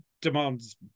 demands